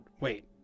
wait